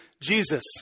Jesus